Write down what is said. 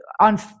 on